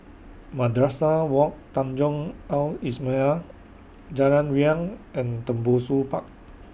Madrasah Wak Tanjong Al Islamiah Jalan Riang and Tembusu Park